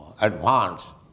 advance